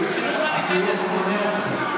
שנוכל להיכנס בו.